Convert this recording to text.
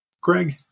Greg